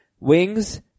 Wings